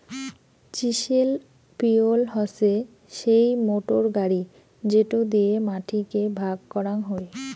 chisel পিলও হসে সেই মোটর গাড়ি যেটো দিয়ে মাটি কে ভাগ করাং হই